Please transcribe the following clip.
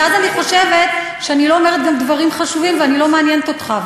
ואז אני חושבת שאני לא אומרת דברים חשובים וגם אני לא מעניינת אותך,